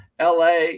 LA